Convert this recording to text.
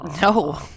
No